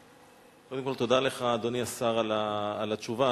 קודם כול, תודה לך, אדוני השר, על התשובה.